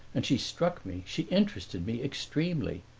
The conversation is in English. and she struck me, she interested me extremely.